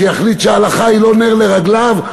שיחליט שההלכה היא לא נר לרגליו,